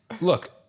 Look